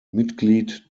mitglied